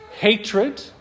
hatred